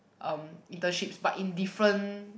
um internships but in different